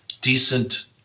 decent